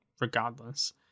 regardless